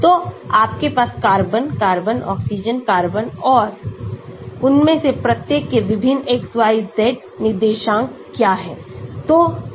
तो आपके पास कार्बन कार्बन ऑक्सीजन कार्बन है और उनमें से प्रत्येक के विभिन्न XYZ निर्देशांक क्या हैं